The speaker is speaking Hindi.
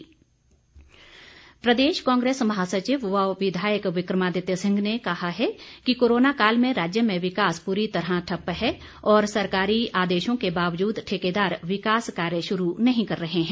विक्रमादित्य सिंह प्रदेश कांग्रेस महासचिव व विधायक विक्रमादित्य सिंह ने कहा है कि कोरोना काल में राज्य में विकास पूरी तरह ठप्प है और सरकारी आदेशों के बावजूद ठेकेदार विकास कार्य शुरू नहीं कर रहे हैं